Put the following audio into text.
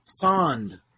fond